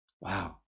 Wow